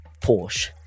Porsche